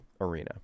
arena